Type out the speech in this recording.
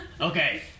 Okay